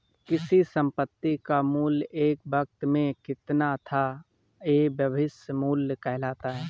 किसी संपत्ति का मूल्य एक वक़्त में कितना था यह भविष्य मूल्य कहलाता है